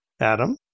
adam